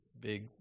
big